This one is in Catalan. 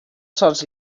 sols